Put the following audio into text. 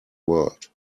world